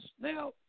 Now